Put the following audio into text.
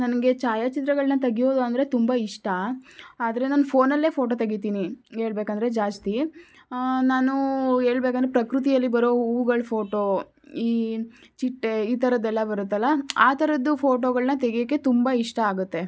ನನಗೆ ಛಾಯಾಚಿತ್ರಗಳನ್ನು ತೆಗೆಯೋದು ಅಂದರೆ ತುಂಬ ಇಷ್ಟ ಆದರೆ ನಾನು ಫೋನಲ್ಲೇ ಫೋಟೋ ತೆಗಿತೀನಿ ಹೇಳ್ಬೇಕಂದ್ರೆ ಜಾಸ್ತಿ ನಾನು ಹೇಳ್ಬೇಕಂದ್ರೆ ಪ್ರಕೃತಿಯಲ್ಲಿ ಬರೋ ಹೂವುಗಳ ಫೋಟೋ ಈ ಚಿಟ್ಟೆ ಈ ಥರದ್ದೆಲ್ಲ ಬರುತ್ತಲ್ಲ ಆ ಥರದ್ದು ಫೋಟೋಗಳನ್ನ ತೆಗೆಯಕ್ಕೆ ತುಂಬ ಇಷ್ಟ ಆಗುತ್ತೆ